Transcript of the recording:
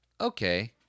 Okay